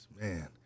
man